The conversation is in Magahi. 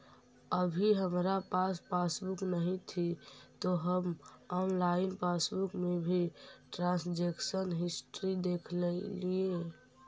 अभी हमारा पास पासबुक नहीं थी तो हम ऑनलाइन पासबुक में ही ट्रांजेक्शन हिस्ट्री देखलेलिये